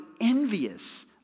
envious